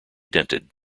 dented